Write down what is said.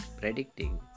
predicting